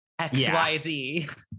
xyz